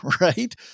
right